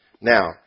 Now